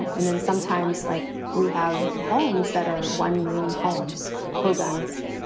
and then sometimes, like we have homes that are one room homes hogan's,